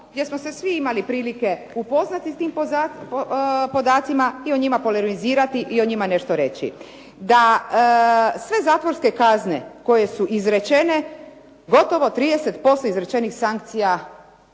gdje smo se svi imali prilike upoznati s tim podacima i o njima polemizirati i o njima nešto reći, da sve zatvorske kazne koje su izrečene, gotovo 30% izrečenih sankcija